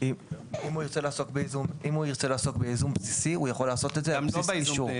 אם הוא ירצה לעסוק בייזום בסיסי הוא יכול לעשות את זה על בסיס אישור.